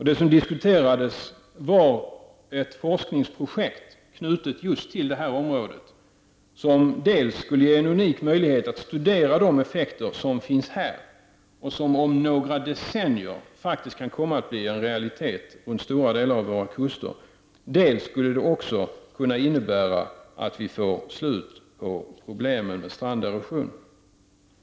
Det som diskuterades var ett forskningsprojekt, knutet till det här området, som dels skulle ge en unik möjlighet att studera de effekter som finns här och som om några decennier faktiskt kan komma att bli en realitet runt stora delar av våra kuster, dels skulle kunna innebära att vi får slut på problemen med stranderosion.